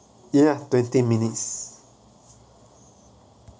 ya twenty minutes